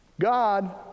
God